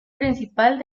principal